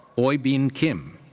eui bin kim.